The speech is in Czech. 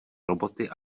roboty